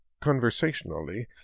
conversationally